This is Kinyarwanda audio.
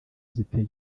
ziteye